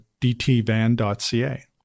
dtvan.ca